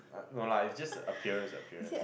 no lah it's just appearance appearance